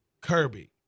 Kirby